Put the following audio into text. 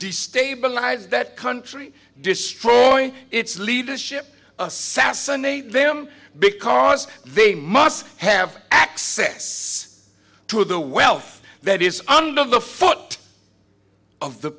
destabilize that country destroying its leadership assassinate them because they must have access to the wealth that is under the foot of the